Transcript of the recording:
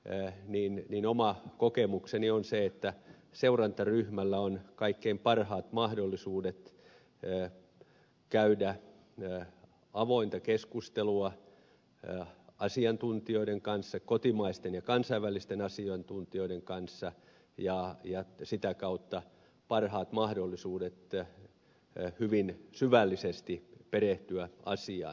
ja niin valmisteluelimissä oma kokemukseni on se että seurantaryhmällä on kaikkein parhaat mahdollisuudet käydä avointa keskustelua asiantuntijoiden kanssa kotimaisten ja kansainvälisten asiantuntijoiden kanssa ja sitä kautta parhaat mahdollisuudet hyvin syvällisesti perehtyä asiaan